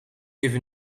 even